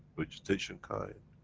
vegetation kind,